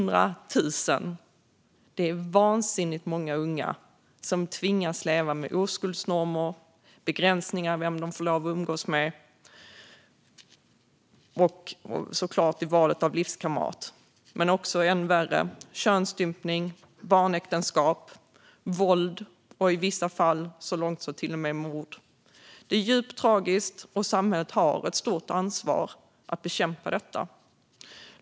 Det är vansinnigt många unga som tvingas leva med oskuldsnormer och begränsningar när det gäller vem de får lov att umgås med och valet av livskamrat men också, och än värre, könsstympning, barnäktenskap, våld och i vissa fall till och med mord. Det är djupt tragiskt, och samhället har ett stort ansvar att bekämpa detta.